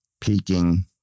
peaking